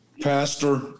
Pastor